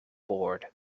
board